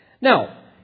now